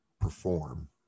perform